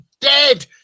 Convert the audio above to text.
dead